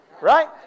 Right